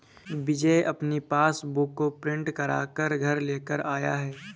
विजय अपनी पासबुक को प्रिंट करा कर घर लेकर आया है